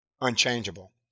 unchangeable